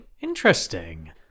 Interesting